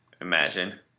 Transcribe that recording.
Imagine